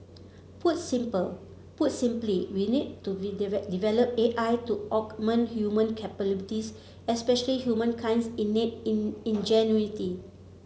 put simple put simply we need to develop A I to augment human capabilities especially humankind's innate ingenuity